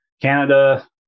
Canada